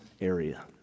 area